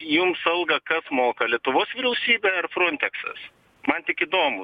jums algą kas moka lietuvos vyriausybė ar fronteksas man tik įdomu